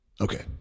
Okay